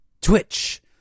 Twitch